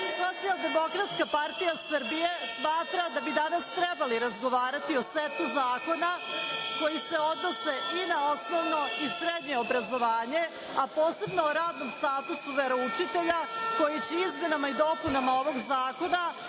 odredaba. Socijaldemokratska partija Srbije smatra da bi danas trebali razgovarati o setu zakona koji se odnose i na osnovno i srednje obrazovanje, a posebno o radnom statusu veroučitelja, koji će izmenama i dopunama ovog zakona